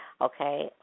okay